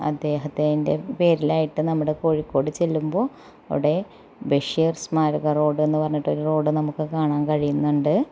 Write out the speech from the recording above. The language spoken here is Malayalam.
അദ്ദേഹത്തിന്റെ പേരിലായിട്ട് നമ്മുടെ കോഴിക്കോട് ചെല്ലുമ്പോൾ അവിടെ ബഷീര് സ്മാരക റോഡെന്ന് പറഞ്ഞിട്ടൊരു റോഡ് നമുക്ക് കാണാന് കഴിയുന്നുണ്ട്